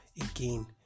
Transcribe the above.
again